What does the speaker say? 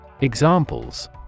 Examples